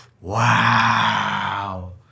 Wow